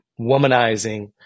womanizing